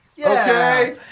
Okay